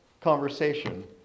conversation